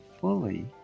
fully